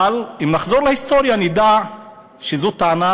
אבל אם נחזור להיסטוריה נדע שזו טענה